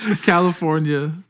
California